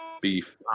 Beef